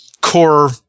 core